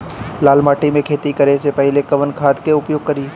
लाल माटी में खेती करे से पहिले कवन खाद के उपयोग करीं?